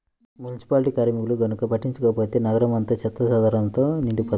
municipality కార్మికులు గనక పట్టించుకోకపోతే నగరం అంతా చెత్తాచెదారంతో నిండిపోతది